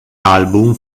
album